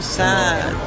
sad